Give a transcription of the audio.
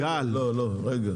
לא, לא, רגע.